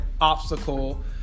obstacle